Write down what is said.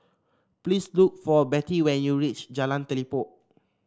please look for Bettie when you reach Jalan Telipok